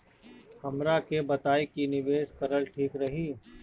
हमरा के बताई की निवेश करल ठीक रही?